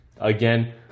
Again